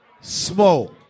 smoke